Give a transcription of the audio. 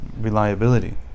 reliability